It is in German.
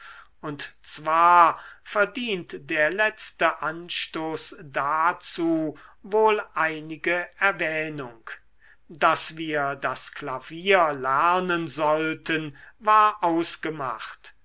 und zwar verdient der letzte anstoß dazu wohl einige erwähnung daß wir das klavier lernen sollten war ausgemacht